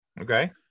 Okay